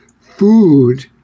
food